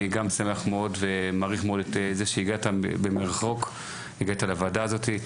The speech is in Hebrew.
גם שמח מאוד ומעריך מאוד את זה שהגעת מרחוק לוועדה הזאתי.